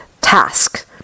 task